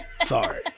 Sorry